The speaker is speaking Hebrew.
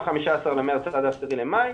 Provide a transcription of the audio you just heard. מה-15 במארס עד ה-10 במאי,